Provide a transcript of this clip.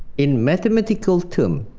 in mathematical term,